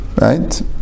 right